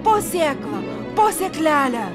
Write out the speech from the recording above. po sėklą po sėklelę